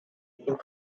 came